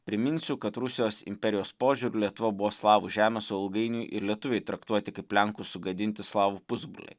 priminsiu kad rusijos imperijos požiūriu lietuva buvo slavų žemės o ilgainiui ir lietuviai traktuoti kaip lenkų sugadinti slavų pusbroliai